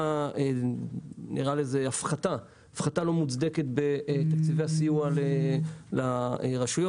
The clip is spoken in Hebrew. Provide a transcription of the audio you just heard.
הפחתה לא מוצדקת בתקציבי הסיוע לרשויות.